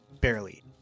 Barely